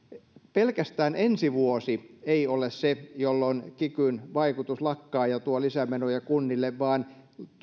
pelkästään ensi vuosi ei ole se jolloin kikyn vaikutus lakkaa ja tuo lisämenoja kunnille vaan